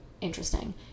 Interesting